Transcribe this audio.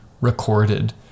recorded